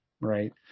Right